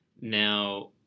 Now